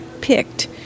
picked